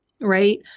right